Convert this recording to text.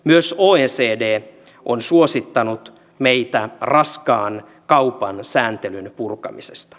myös oecd on suosittanut meille raskaan kaupan sääntelyn purkamista